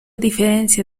diferencia